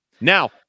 Now